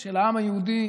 של העם היהודי